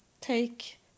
take